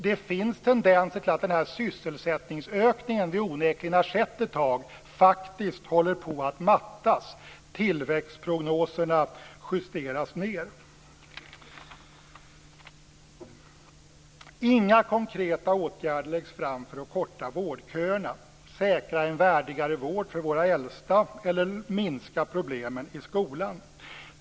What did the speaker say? Det finns tendenser till att den sysselsättningsökning som vi onekligen har sett faktiskt håller på att mattas. Inga konkreta åtgärder läggs fram för att korta vårdköerna, för att säkra en värdigare vård för våra äldsta eller för att minska problemen i skolan.